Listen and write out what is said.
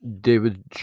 David